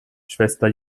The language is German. schwester